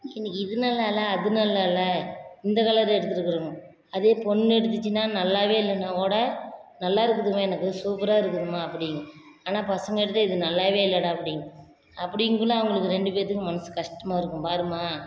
இன்னிக்கு இது நல்லா இல்லை அது நல்லா இல்லை இந்த கலர் எடுத்திருக்கறேன் அதே பொண்ணு எடுத்துச்சின்னா நல்லாவே இல்லைன்னா கூட நல்லாயிருக்குதும்மா எனக்கு சூப்பராக இருக்குதும்மா அப்படிங்கும் ஆனால் பசங்க எடுத்து இது நல்லாவே இல்லைடா அப்படி அப்படிங்குள்ள அவங்களுக்கு ரெண்டு பேர்த்துக்கும் மனசு கஷ்டமாக இருக்கும் பாரும்மா